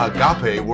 Agape